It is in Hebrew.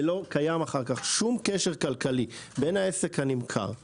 ולא קיים אחר כך שום קשר כלכלי בין העסק הנמכר לקונה,